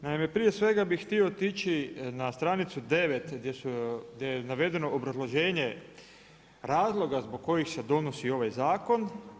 Naime, prije svega bih htio otići na stranicu 9. gdje je navedeno obrazloženje razloga zbog kojih se donosi ovaj zakon.